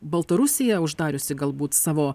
baltarusija uždariusi galbūt savo